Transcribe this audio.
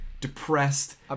depressed